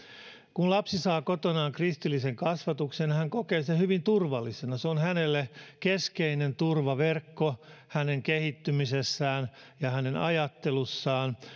kun lapsi saa kotonaan kristillisen kasvatuksen hän kokee sen hyvin turvallisena se on hänelle keskeinen turvaverkko hänen kehittymisessään ja hänen ajattelussaan